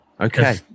Okay